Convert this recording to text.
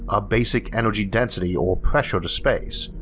a basic energy density or pressure to space,